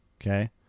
Okay